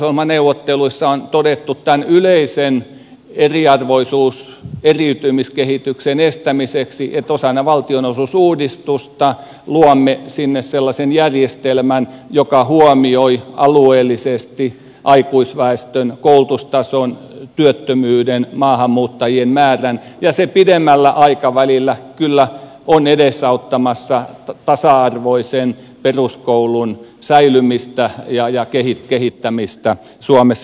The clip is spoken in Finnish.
samaten hallitusohjelmaneuvotteluissa on todettu tämän yleisen eriarvoisuus eriytymiskehityksen estämiseksi että osana valtionosuusuudistusta luomme sinne sellaisen järjestelmän joka huomioi alueellisesti aikuisväestön koulutustason työttömyyden maahanmuuttajien määrän ja se pidemmällä aikavälillä kyllä on edesauttamassa tasa arvoisen peruskoulun säilymistä ja kehittämistä suomessa